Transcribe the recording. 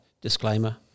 disclaimer